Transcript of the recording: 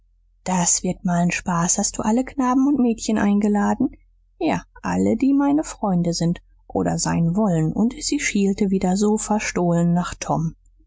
das wird mal n spaß hast du alle knaben und mädchen eingeladen ja alle die meine freunde sind oder sein wollen und sie schielte wieder so verstohlen nach tom